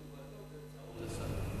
תשובתו באמצעותי.